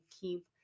keep